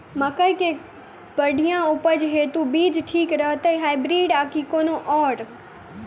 मकई केँ बढ़िया उपज हेतु केँ बीज ठीक रहतै, हाइब्रिड आ की कोनो आओर?